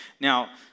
Now